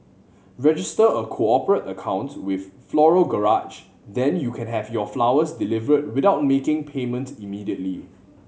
register a cooperate accounts with Floral Garage then you can have your flowers delivered without making payment immediately